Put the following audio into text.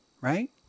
right